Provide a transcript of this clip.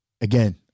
Again